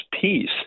peace